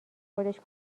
خودش